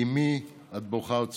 / אימי, את בוכה או צוחקת?"